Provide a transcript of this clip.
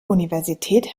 universität